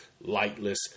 lightless